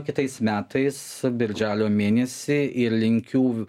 kitais metais birželio mėnesį ir linkiu